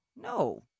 No